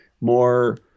more